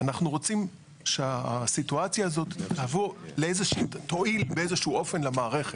אנחנו רוצים שהסיטואציה הזאת תועיל באיזשהו אופן למערכת.